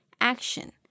action